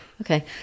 Okay